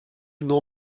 nur